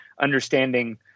understanding